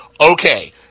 okay